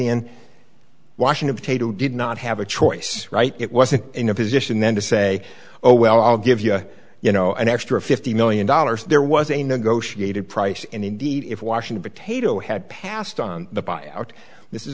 in washington state who did not have a choice right it wasn't in a position then to say oh well i'll give you you know an extra fifty million dollars there was a negotiated price and indeed if washington potato had passed on the